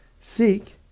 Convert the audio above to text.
Seek